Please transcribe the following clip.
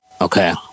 Okay